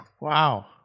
Wow